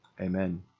Amen